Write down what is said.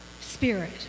Spirit